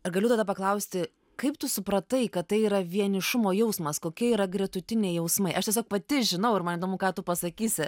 ar galiu tada paklausti kaip tu supratai kad tai yra vienišumo jausmas kokie yra gretutiniai jausmai aš tiesiog pati žinau ir man įdomu ką tu pasakysi